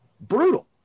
brutal